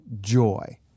joy